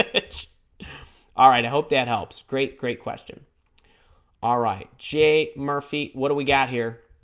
it's alright i hope that helps great great question alright j murphy what do we got here